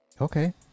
okay